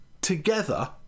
together